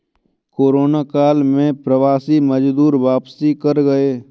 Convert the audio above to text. corona काल में प्रवासी मजदूर वापसी कर गए